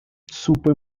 supo